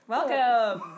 Welcome